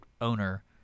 owner